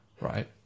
Right